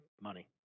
money